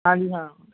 ਹਾਂਜੀ ਹਾਂ